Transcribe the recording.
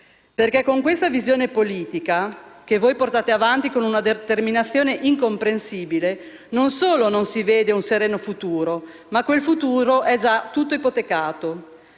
Con la visione politica che voi portate avanti con una determinazione incomprensibile, non solo non si vede un sereno futuro, ma quel futuro è già tutto ipotecato.